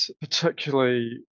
particularly